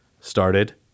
started